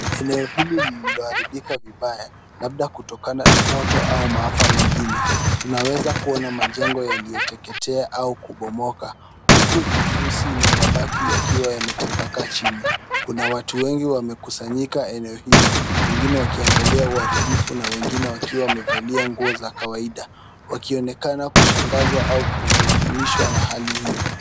Eneo hili lililoharibika vibaya labda kutokana na moto au maafa mengine, tunaweza kuona majengo yaliyoteketea au kubomoka, huku vifusi na mabaki yakiwa yametapakaa chini. Kuna watu wengi wamekusanyika eneo hilo, wengine wakiangalia uharibifu na wengine wakiwa wamevalia nguo za kawaida, wakionekana kushangazwa au kuhuzunishwa na hali hiyo.